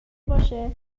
باشه